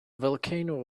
volcano